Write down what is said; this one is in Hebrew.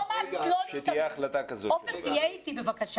עופר, תהיה אתי בבקשה.